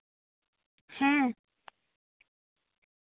ᱦᱮᱸ